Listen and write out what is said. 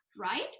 right